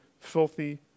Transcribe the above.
filthy